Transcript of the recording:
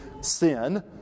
sin